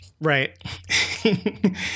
Right